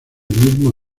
mismo